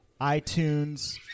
itunes